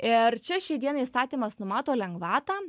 ir čia šiai dienai įstatymas numato lengvatą